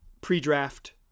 pre-draft